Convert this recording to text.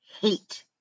hate